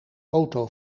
auto